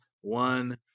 one